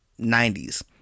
90s